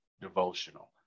devotional